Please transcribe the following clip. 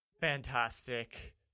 fantastic